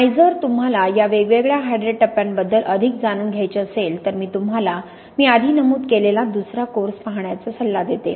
आणि जर तुम्हाला या वेगवेगळ्या हायड्रेट टप्प्यांबद्दल अधिक जाणून घ्यायचे असेल तर मी तुम्हाला मी आधी नमूद केलेला दुसरा कोर्स पाहण्याचा सल्ला देतो